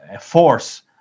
force